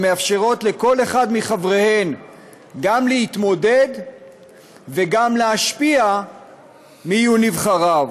המאפשרות לכל אחד מחבריהן גם להתמודד וגם להשפיע מי יהיו נבחריו,